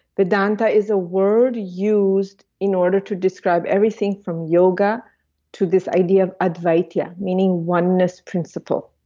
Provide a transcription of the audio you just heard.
vedanta is a word used in order to describe everything from yoga to this idea of advaita, yeah meaning oneness principle.